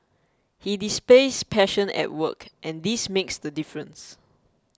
he displays passion at work and this makes the difference